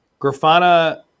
Grafana